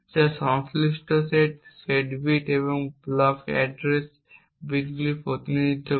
যা সংশ্লিষ্ট bit set bit এবং ব্লক অ্যাড্রেস বিটগুলিকে প্রতিনিধিত্ব করে